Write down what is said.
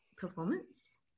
performance